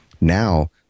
Now